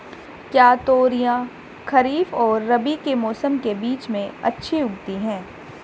क्या तोरियां खरीफ और रबी के मौसम के बीच में अच्छी उगती हैं?